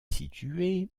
situé